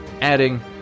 adding